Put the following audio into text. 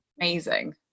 amazing